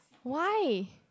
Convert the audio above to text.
why